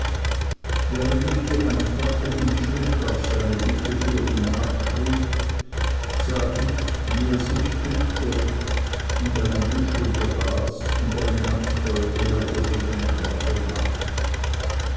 während ich die einfache inschrift auf seine bitte für ihn abschrieb sah ich wie er sich bückte und einen büschel gras und eine handvoll erde von dem grabe nahm